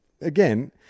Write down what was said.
again